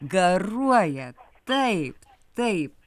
garuoja taip taip